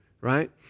Right